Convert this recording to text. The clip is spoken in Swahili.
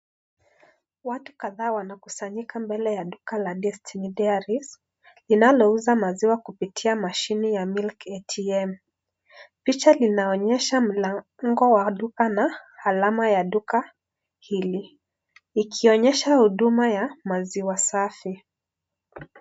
Watu kadhaa wanakusanyika mbele ya duka la Destiny Dairies linalouza maziwa kupitia mashini ya milk ATM . Picha linaonyesha mlango wa Duka na alama ya duka hili, ikionyesha huduma ya maziwa safi.